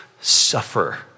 suffer